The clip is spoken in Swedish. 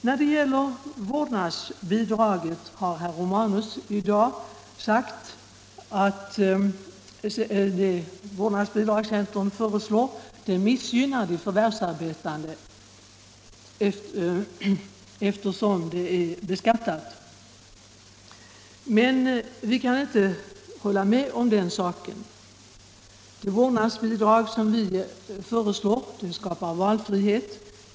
Herr Romanus har i dag sagt att det vårdnadsbidrag som centern föreslår missgynnar de förvärvsarbetande, eftersom det är beskattat. Vi kan inte hålla med om den saken. Det vårdnadsbidrag som vi föreslår skapar valfrihet.